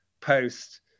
post